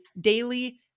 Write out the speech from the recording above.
daily